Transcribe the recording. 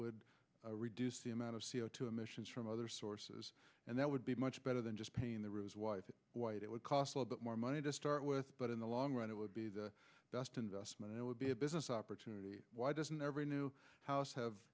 would reduce the amount of c o two emissions from other sources and that would be much better than just paying the roos wired white it would cost a lot more money to start with but in the long run it would be the best investment it would be a business opportunity why doesn't every new house have